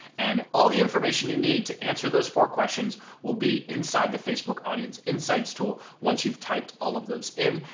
and all the information you need to answer those four questions will be inside the facebook audience insights tool once you've typed all of those in.